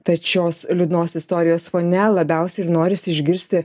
tad šios liūdnos istorijos fone labiausiai ir norisi išgirsti